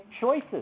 choices